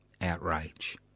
outrage